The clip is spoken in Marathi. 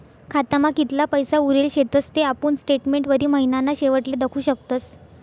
खातामा कितला पैसा उरेल शेतस ते आपुन स्टेटमेंटवरी महिनाना शेवटले दखु शकतस